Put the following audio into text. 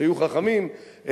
שהיו חכמים,